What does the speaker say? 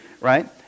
right